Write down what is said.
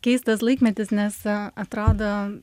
keistas laikmetis nes atrado